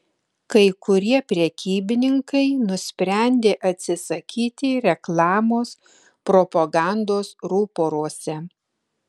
kai kurie prekybininkai nusprendė atsisakyti reklamos propagandos ruporuose